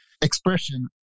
expression